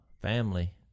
family